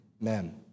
men